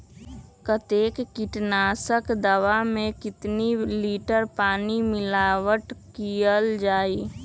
कतेक किटनाशक दवा मे कितनी लिटर पानी मिलावट किअल जाई?